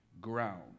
Ground